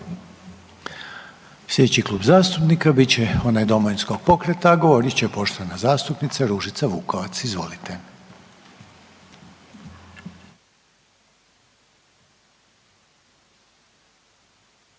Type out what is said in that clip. Sljedeći Klub zastupnika bit će onaj Domovinskog pokreta, a govorit će poštovana zastupnica Ružica Vukovac. Izvolite.